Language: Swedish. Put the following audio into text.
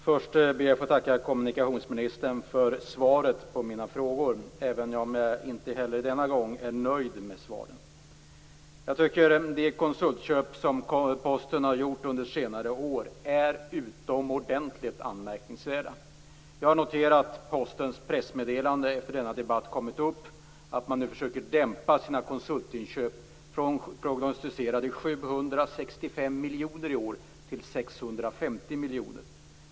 Fru talman! Först ber jag att få tacka kommunikationsministern för svaren på mina frågor, även om jag inte heller denna gång är nöjd med dem. Jag tycker att de konsultköp som Posten gjort under senare år är utomordentligt anmärkningsvärda. Jag har noterat att det i Postens pressmeddelande efter att denna debatt kommit upp står att man nu försöker minska sina konsultinköp från prognosticerade 765 miljoner i år till 650 miljoner.